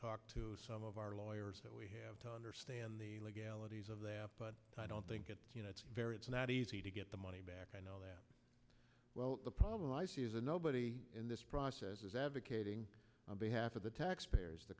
talk to some of our lawyers that we have to understand the legalities of that but i don't think it's you know it's very it's not easy to get the money back i know that well the problem i see is a nobody in this process is advocating on behalf of the taxpayers the